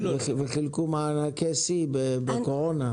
היו רווחי שיא בקורונה.